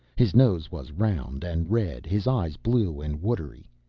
his nose was round and red, his eyes blue and watery.